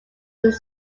its